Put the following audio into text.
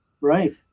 Right